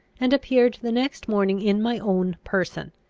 and appeared the next morning in my own person.